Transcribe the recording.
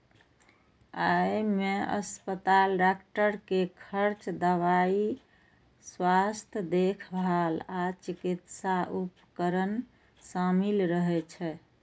अय मे अस्पताल, डॉक्टर के खर्च, दवाइ, स्वास्थ्य देखभाल आ चिकित्सा उपकरण शामिल रहै छै